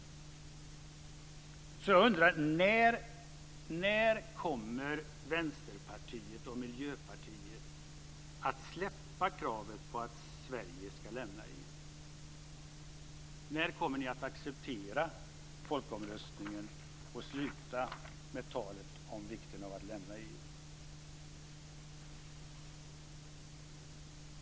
Så jag undrar: När kommer Vänsterpartiet och Miljöpartiet att släppa kravet på att Sverige ska lämna EU? När kommer ni att acceptera folkomröstningen och sluta med talet om vikten av att lämna EU?